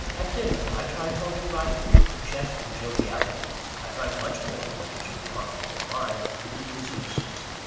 at dinner, i tried hard to rival him in jest and joviality i drank much more than my usual quantity of wine but it was useless.